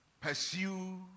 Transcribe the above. Pursue